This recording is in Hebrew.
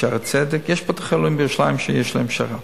ב"שערי צדק" יש בתי-חולים בירושלים שיש בהם שר"פ.